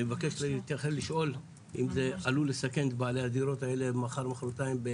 אני מבקש לשאול אם זה עלול לסכן את בעלי הדירות האלה מחר מחרתיים.